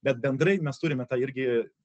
bet bendrai mes turime tą irgi